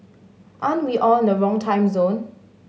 aren't we on the wrong time zone